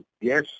Yes